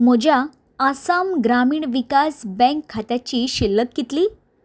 म्हज्या आसाम ग्रामीण विकास बँक खात्याची शिल्लक कितली